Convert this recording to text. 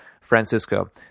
Francisco